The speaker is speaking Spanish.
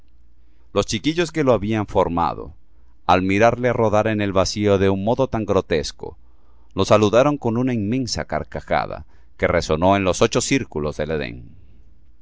los chiquillos que lo habían formado al mirarle rodar en el vacío de un modo tan grotesco lo saludaron con una inmensa carcajada que resonó en los ocho círculos de edén